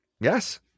Yes